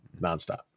nonstop